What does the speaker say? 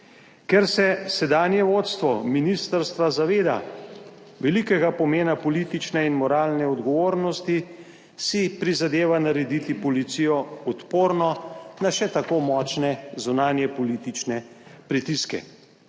Ker se sedanje vodstvo ministrstva zaveda velikega pomena politične in moralne odgovornosti, si prizadeva narediti policijo odporno na še tako močne zunanje politične pritiske.